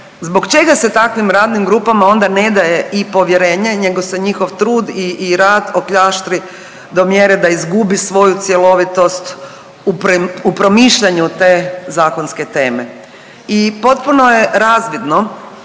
zbog čega se takvim radnim grupama onda ne daje i povjerenje nego se njihov trud i rad okljaštri do mjere da izgubi svoju cjelovitost u promišljanju te zakonske teme. I potpuno je razvidno